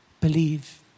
believe